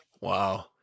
Wow